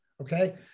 okay